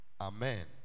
Amen